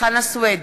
חנא סוייד,